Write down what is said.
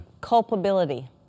Culpability